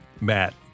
Matt